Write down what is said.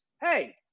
hey